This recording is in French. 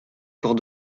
cours